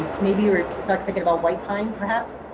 maybe you were but thinking about white pine, perhaps?